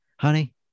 honey